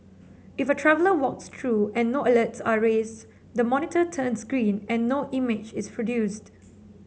if a traveller walks through and no alerts are raised the monitor turns green and no image is produced